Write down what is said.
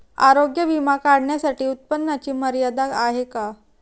आरोग्य विमा काढण्यासाठी उत्पन्नाची मर्यादा आहे का?